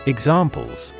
Examples